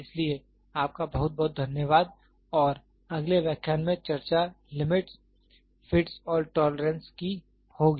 इसलिए आपका बहुत बहुत धन्यवाद और अगले व्याख्यान में चर्चा लिमिटस् फिटस् और टोलरेंस की होगी